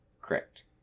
Correct